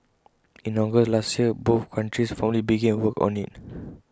in August last year both countries formally began work on IT